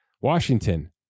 Washington